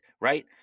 right